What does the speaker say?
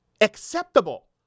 acceptable